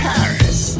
Paris